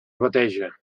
bateja